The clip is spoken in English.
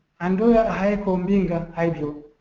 andoya aheco mbinga hydro,